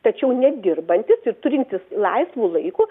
tačiau nedirbantis ir turintis laisvo laiko